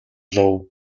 лав